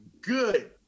good